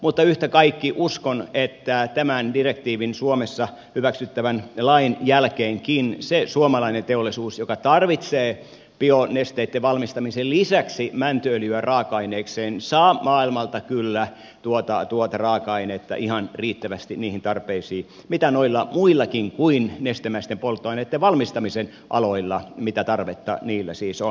mutta yhtä kaikki uskon että tämän direktiivin suomessa hyväksyttävän lain jälkeenkin se suomalainen teollisuus joka tarvitsee bionesteitten valmistamisen lisäksi mäntyöljyä raaka aineekseen saa maailmalta kyllä tuota raaka ainetta ihan riittävästi niihin tarpeisiin mitä tarvetta noilla muillakin kuin nestemäisten polttoaineitten valmistamisen aloilla on